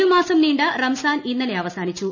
ഒരു മാസം നീണ്ട റംസാൻ ഇന്നലെ അവസാനിച്ചു